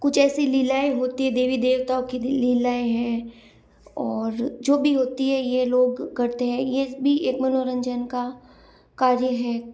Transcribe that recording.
कुछ ऐसी लीलाएं होती है देवी देवताओं की लीलाएं हैं और जो भी होती है ये लोग करते हैं ये भी एक मनोरंजन का कार्य है